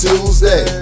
Tuesday